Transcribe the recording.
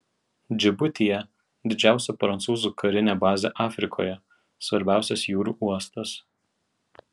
džibutyje didžiausia prancūzų karinė bazė afrikoje svarbiausias jūrų uostas